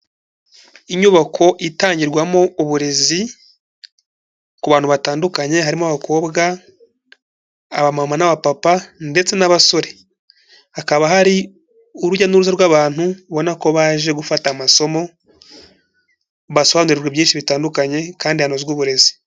Inyubako itangirwamo uburezi ku bantu batandukanye harimo abakobwa, abamama n'abapapa ndetse n'abasore, hakaba hari urujya n'uruza rw'abantu ubona ko baje gufata amasomo, basobanurirwe byinshi bitandukanye kandi hanozwe uburezi.